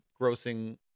grossing